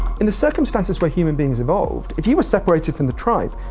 in the circumstances where human beings evolve, if you were separated from the tribe,